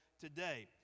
today